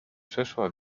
przeszła